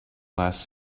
last